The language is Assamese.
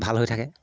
ভাল হৈ থাকে